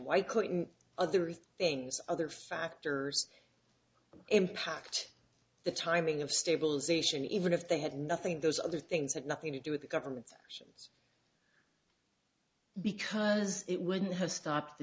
white coat and other things other factors impact the timing of stabilization even if they had nothing those other things had nothing to do with the government's actions because it wouldn't have stopped